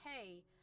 hey